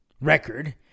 record